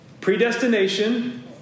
Predestination